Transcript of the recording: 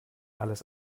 alles